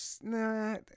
No